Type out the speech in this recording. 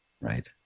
Right